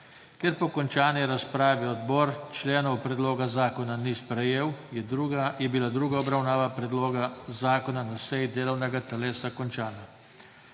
Ker po končani razpravi odbor členov predloga zakona ni sprejel, je bila druga obravnava predloga zakona na seji delovnega telesa končana.